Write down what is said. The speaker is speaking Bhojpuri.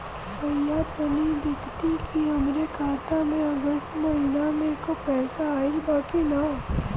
भईया तनि देखती की हमरे खाता मे अगस्त महीना में क पैसा आईल बा की ना?